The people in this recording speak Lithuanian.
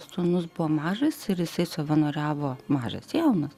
sūnus buvo mažas ir jisai savanoriavo mažas jaunas